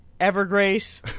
Evergrace